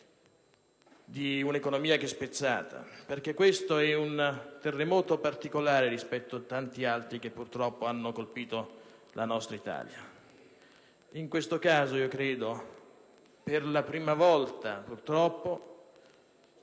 di un'economia che è spezzata, perché questo è un terremoto particolare rispetto a tanti altri che sfortunatamente hanno colpito la nostra Italia. In questo caso, credo per la prima volta, purtroppo,